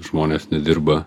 žmonės nedirba